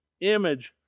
image